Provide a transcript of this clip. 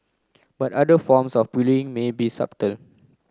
but other forms of bullying may be